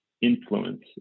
influence